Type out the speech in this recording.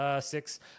six